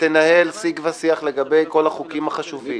ותנהל שיג ושיח לגבי כל החוקים החשובים.